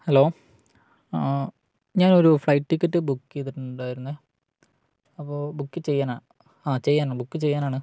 hello ഞാനൊരു flight ticket book ചെയ്തിട്ടുണ്ടായിരുന്നു അപ്പോള് ബുക്ക് ചെയ്യാനാണ് ആ ചെയ്യാനാണ് ബുക്ക് ചെയ്യാനാണ്